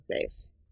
face